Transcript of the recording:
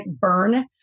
burn